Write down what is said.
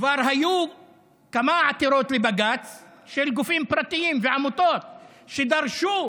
כבר היו כמה עתירות לבג"ץ של גופים פרטיים ועמותות שדרשו